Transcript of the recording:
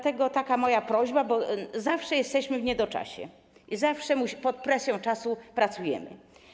Stąd taka moja prośba, bo zawsze jesteśmy w niedoczasie i zawsze pod presją czasu pracujemy.